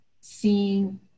seeing